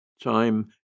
Time